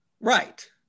Right